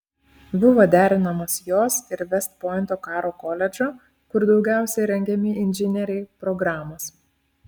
buvo derinamos jos ir vest pointo karo koledžo kur daugiausiai rengiami inžinieriai programos